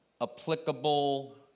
applicable